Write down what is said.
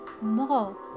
more